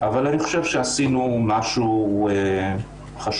אבל אני חושב שעשינו משהו חשוב,